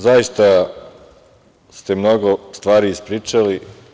Zaista ste mnogo stvari ispričali.